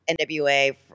NWA